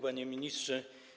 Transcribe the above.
Panie Ministrze!